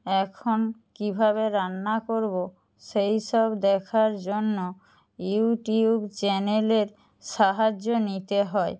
এখন কীভাবে রান্না করবো সেই সব দেখার জন্য ইউটিউব চ্যানেলের সাহায্য নিতে হয়